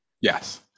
Yes